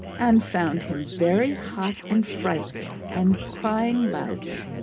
and found him very hot and frightened and crying loudly,